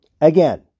Again